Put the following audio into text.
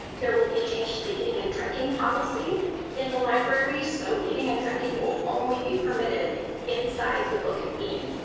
there will be a change to the eating and drinking policy in the library. so eating and drinking will only be permitted inside the book and bean.